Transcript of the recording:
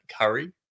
Curry